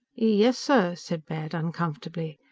yes, sir, said baird uncomfortably.